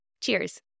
Cheers